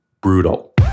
brutal